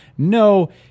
No